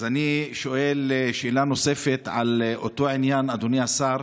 אז אני שואל שאלה נוספת באותו עניין, אדוני השר,